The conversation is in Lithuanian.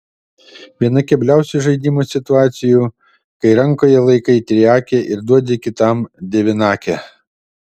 viena kebliausių žaidimo situacijų kai rankoje laikai triakę ir duoti kitam devynakę